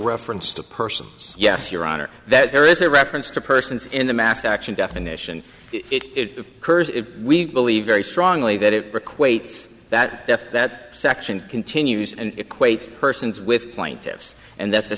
reference to persons yes your honor that there is a reference to persons in the mass action definition it occurs if we believe very strongly that it it's that if that section continues and equate persons with plaintiffs and that the